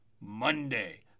Monday